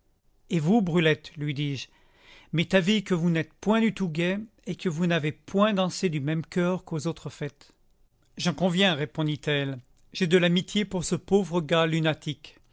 et vous brulette lui dis-je m'est avis que vous n'êtes point du tout gaie et que vous n'avez point dansé du même coeur qu'aux autres fêtes j'en conviens répondit-elle j'ai de l'amitié pour ce pauvre gars lunatique